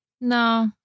No